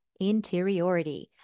interiority